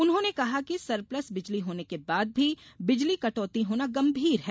उन्होंने कहा कि सरप्लस बिजली होने के बाद भी बिजली कटौती होना गंभीर है